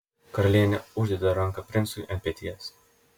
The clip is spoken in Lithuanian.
karalienė uždeda ranką princui ant peties